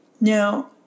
Now